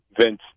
Vince